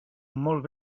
molt